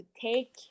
take